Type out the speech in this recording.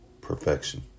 Perfection